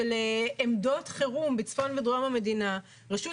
של עמדות חירום בצפון ודרום המדינה; רשות